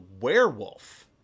werewolf